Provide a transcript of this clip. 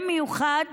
במיוחד